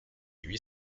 huit